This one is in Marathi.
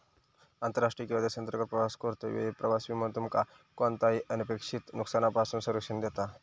आंतरराष्ट्रीय किंवा देशांतर्गत प्रवास करतो वेळी प्रवास विमो तुमका कोणताही अनपेक्षित नुकसानापासून संरक्षण देता